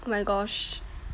oh my gosh